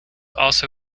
also